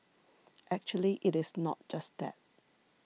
actually it is not just that